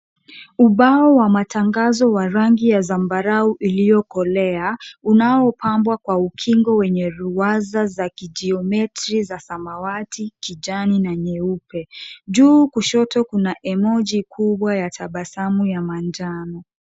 Ubao wa matangazo wa rangi ya zambarau iliyokolea. Unaopambwa kwa ukingo wenye ruwaza za kijiometry za samawati, kijani na nyeupe. Juu kushoto kuna emoji kubwa ya tabasamu ya manjano.